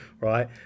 right